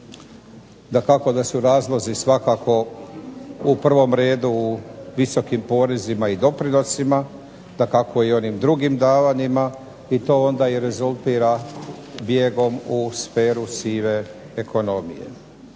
Dakako da su razlozi svakako u prvom redu u visokim porezima i doprinosima, dakako i onim drugim davanjima i to onda rezultirala bijegom u sferu sive ekonomije.